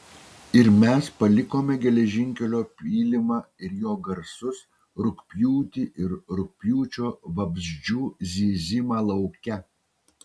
ir mes palikome geležinkelio pylimą ir jo garsus rugpjūtį ir rugpjūčio vabzdžių zyzimą lauke